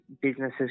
businesses